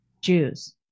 Jews